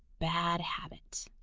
bad habit.